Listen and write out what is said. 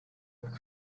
moved